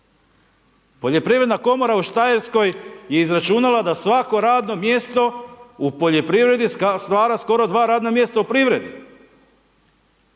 Poljoprivredna komora u Štajerskoj je izračunala da svako radno mjesto u poljoprivredi stvara skoro dva radna mjesta u privredi.